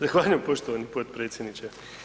Zahvaljujem poštovani potpredsjedniče.